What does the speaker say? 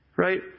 Right